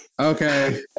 okay